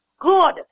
good